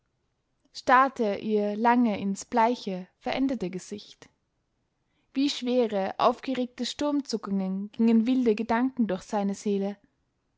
starrte ihr lange ins bleiche veränderte gesicht wie schwere aufgeregte sturmzuckungen gingen wilde gedanken durch seine seele